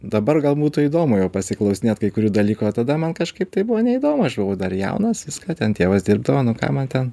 dabar gal būtų įdomu jo pasiklausinėt kai kurių dalykų o tada man kažkaip tai buvo neįdomu aš buvau dar jaunas viską ten tėvas dirbdavo nu ką man ten